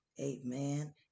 Amen